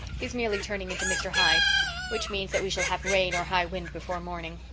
he's merely turning into mr. hyde which means that we shall have rain or high wind before morning.